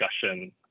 discussion